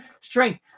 strength